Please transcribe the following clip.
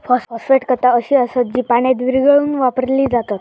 phosphate खता अशी असत जी पाण्यात विरघळवून वापरली जातत